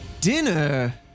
Dinner